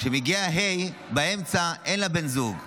כשמגיעה הה', באמצע, אין לה בת זוג.